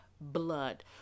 blood